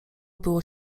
było